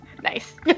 Nice